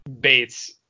Bates